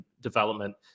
development